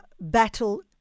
battle